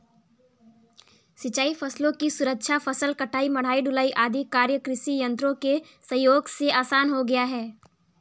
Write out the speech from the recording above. सिंचाई फसलों की सुरक्षा, फसल कटाई, मढ़ाई, ढुलाई आदि कार्य कृषि यन्त्रों के सहयोग से आसान हो गया है